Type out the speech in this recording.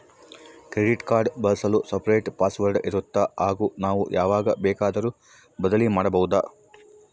Credit card ಬಳಸಲು separate password ಇರುತ್ತಾ ಹಾಗೂ ನಾವು ಯಾವಾಗ ಬೇಕಾದರೂ ಬದಲಿ ಮಾಡಬಹುದಾ?